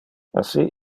assi